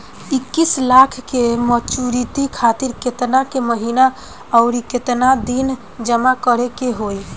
इक्कीस लाख के मचुरिती खातिर केतना के महीना आउरकेतना दिन जमा करे के होई?